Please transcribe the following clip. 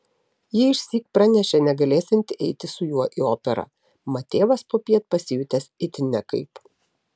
ji išsyk pranešė negalėsianti eiti su juo į operą mat tėvas popiet pasijutęs itin nekaip